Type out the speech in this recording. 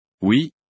Oui